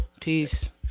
Peace